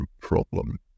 problem